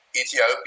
Ethiopia